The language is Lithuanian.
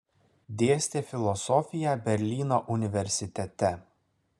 dėstė filosofiją berlyno universitete